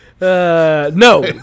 No